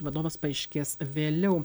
vadovas paaiškės vėliau